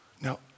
Now